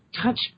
touch